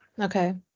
Okay